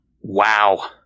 Wow